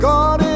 God